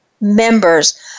members